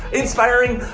inspiring,